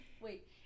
Wait